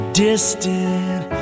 distant